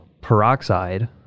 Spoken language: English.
peroxide